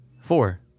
four